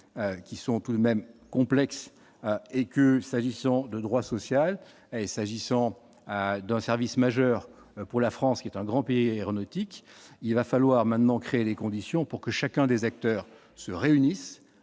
qui sont tout de même complexe et que, s'agissant de droit social et s'agissant d'un service majeur pour la France, qui est un grand pays, aéronautique, il va falloir maintenant créer les conditions pour que chacun des acteurs se réunissent